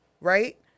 Right